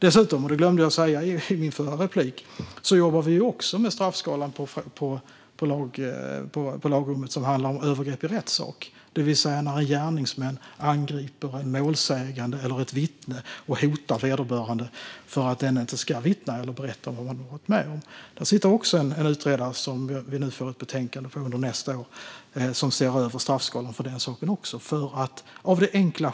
Dessutom - det glömde jag att säga i mitt förra anförande - jobbar vi med straffskalan i lagrummet som handlar om övergrepp i rättssak. Det är alltså när en gärningsman angriper en målsägande eller ett vittne och hotar vederbörande för att denne inte ska vittna eller berätta vad denne varit med om. Det sitter en utredare - vi får ett betänkande under nästa år - som ser över den straffskalan.